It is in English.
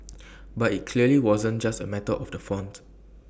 but IT clearly wasn't just A matter of the font